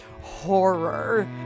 horror